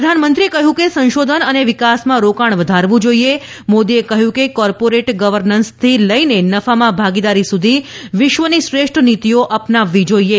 પ્રધાનમંત્રીએ કહ્યું કે સંશોધન અને વિકાસમાં રોકાણ વધારવું જોઇએ મોદીએ કહ્યું કે કોર્પોરેટ ગર્વનન્સથી લઇને નફામાં ભાગીદારી સુધી વિશ્વની શ્રેષ્ઠ નીતીઓ અપનાવવી જોઇએ